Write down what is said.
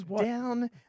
Down